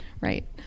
right